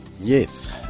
yes